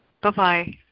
Bye-bye